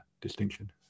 distinction